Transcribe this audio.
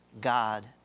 God